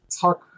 talk